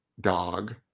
dog